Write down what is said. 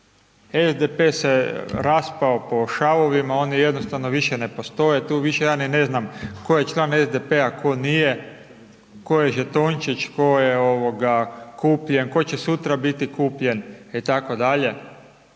SDP se raspao po šavovima, oni jednostavno više ne postoje, tu više ja ni ne znam tko je član SDP-a, tko nije, tko je žetončić, tko je kupljen, tko će sutra biti kupljen, itd..